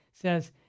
says